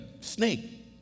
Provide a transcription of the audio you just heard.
snake